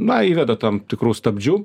na įveda tam tikrų stabdžių